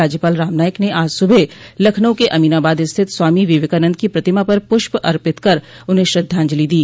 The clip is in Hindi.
राज्यपाल राम नाईक ने आज सुबह लखनऊ के अमीनाबाद स्थित स्वामी विवेकानन्द की प्रतिमा पर पुष्प अर्पित कर उन्हें श्रद्धाजंलि दी